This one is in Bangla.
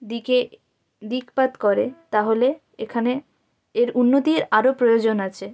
দিকে দিকপাত করে তাহলে এখানে এর উন্নতির আরো প্রয়োজন আছে